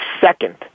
second